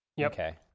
Okay